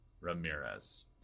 Ramirez